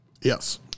Yes